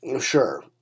Sure